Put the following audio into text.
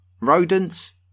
Rodents